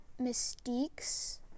Mystique's